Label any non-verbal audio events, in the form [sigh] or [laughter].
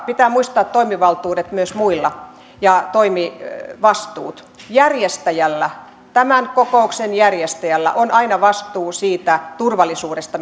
pitää muistaa toimivaltuudet ja toimivastuut myös muilla järjestäjällä tämän kokouksen järjestäjällä on aina vastuu turvallisuudesta [unintelligible]